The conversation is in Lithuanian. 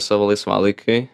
savo laisvalaikiui